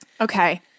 Okay